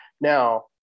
Now